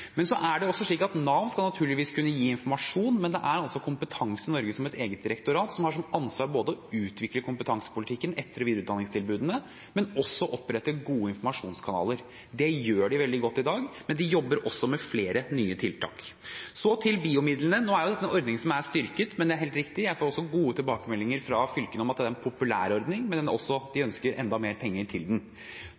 Nav skal naturligvis kunne gi informasjon, men det er altså Kompetanse Norge som et eget direktorat som har ansvar for både å utvikle kompetansepolitikken, etter- og videreutdanningstilbudene og også å opprette gode informasjonskanaler. Det gjør de veldig godt i dag, men de jobber også med flere nye tiltak. Så til BIO-midlene. Det er en ordning som er styrket, og det er helt riktig at jeg også får gode tilbakemeldinger fra fylkene om at det er en populær ordning, men at de ønsker enda mer penger til den. Vi har også